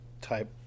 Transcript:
type